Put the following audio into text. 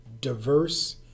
diverse